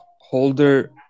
holder